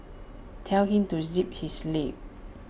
tell him to zip his lip